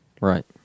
Right